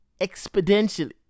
Exponentially